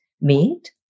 meat